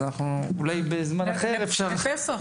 אולי בזמן אחר אפשר לראות אותן.